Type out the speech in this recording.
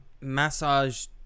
massage